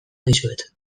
dizuet